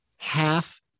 Half